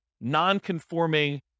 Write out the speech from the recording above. non-conforming